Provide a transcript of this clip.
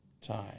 time